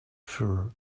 sure